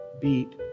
beat